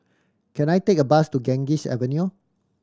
can I take a bus to Ganges Avenue